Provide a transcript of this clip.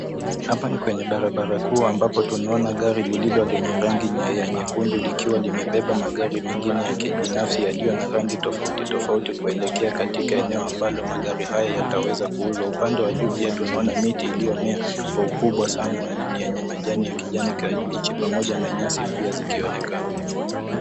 Hapa ni kwenye barabara kuu ambapo tunaona gari lililo lenye rangi ya nyekundu likiwa limebeba magari mengine ya kibinafsi yaliyo na rangi tofauti tofauti kuelekea katika eneo ambalo magari haya yataweza kuuzwa . Upande wa juu pia tunaona miti iliyomea kwa ukubwa sana na ni yenye majani ya kijani kimbichi pamoja na nyasi pia zikionekana.